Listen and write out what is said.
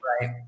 Right